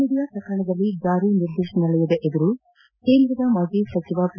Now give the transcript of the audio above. media ಪ್ರಕರಣದಲ್ಲಿ ಜಾರಿ ನಿರ್ದೇಶನಾಲಯದ ಎದುರು ಕೇಂದ್ರದ ಮಾಜಿ ಹಣಕಾಸು ಸಚಿವ ಪಿ